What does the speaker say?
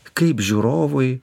kaip žiūrovui